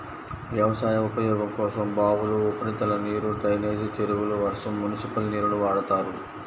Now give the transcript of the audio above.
వ్యవసాయ ఉపయోగం కోసం బావులు, ఉపరితల నీరు, డ్రైనేజీ చెరువులు, వర్షం, మునిసిపల్ నీరుని వాడతారు